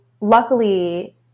luckily